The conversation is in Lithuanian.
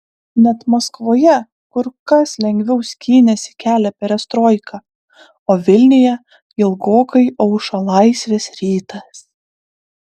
net maskvoje kur kas lengviau skynėsi kelią perestroika o vilniuje ilgokai aušo laisvės rytas